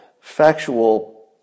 factual